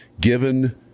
Given